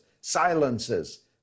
silences